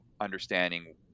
understanding